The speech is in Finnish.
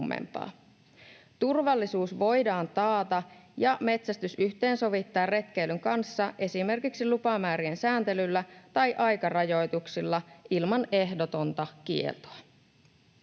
Turvallisuus voidaan taata ja metsästys yhteensovittaa retkeilyn kanssa esimerkiksi lupamäärien sääntelyllä tai aikarajoituksilla ilman ehdotonta kieltoa.